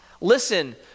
Listen